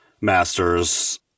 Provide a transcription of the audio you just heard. masters